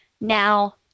Now